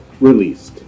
released